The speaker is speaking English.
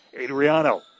Adriano